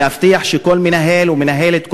להבטיח שכל מנהל או מנהלת,